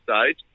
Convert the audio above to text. stage